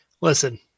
Listen